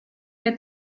che